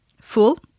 full